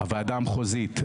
הוועדה המחוזית,